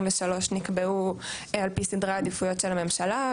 נקבעו על פי סדרי עדיפויות של הממשלה,